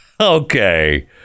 Okay